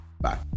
Bye